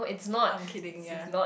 I'm kidding ya